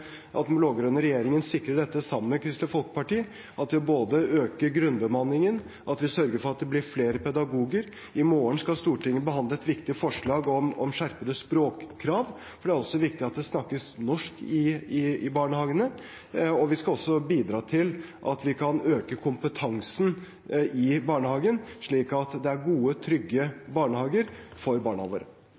den blå-grønne regjeringen sikrer dette sammen med Kristelig Folkeparti – at vi både øker grunnbemanningen og sørger for at det blir flere pedagoger. I morgen skal Stortinget behandle et viktig forslag om skjerpede språkkrav, for det er også viktig at det snakkes norsk i barnehagene. Vi skal også bidra til å øke kompetansen i barnehagen, slik at det er gode, trygge barnehager for barna våre.